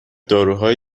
داروهای